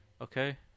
Okay